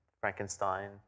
Frankenstein